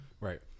right